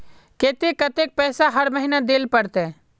केते कतेक पैसा हर महीना देल पड़ते?